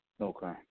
Okay